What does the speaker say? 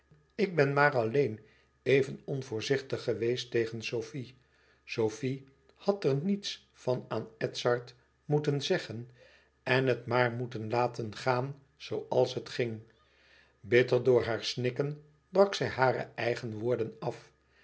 ik ben maar alleen even onvoorzichtig geweest tegen sofie sofie had er niets van aan edzard moeten zeggen en het maar moeten laten gaan zooals het ging bitter door haar snikken brak zij hare eigen woorden af